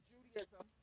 Judaism